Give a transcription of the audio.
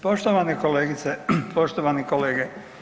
Poštovane kolegice, poštovani kolege.